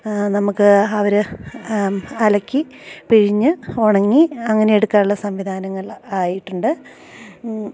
നമുക്ക് അവര് അലക്കി പിഴിഞ്ഞ് ഉണങ്ങി അങ്ങനെ എടുക്കാനുള്ള സംവിധാനങ്ങൾ ആയിട്ടുണ്ട്